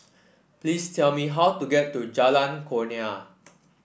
please tell me how to get to Jalan Kurnia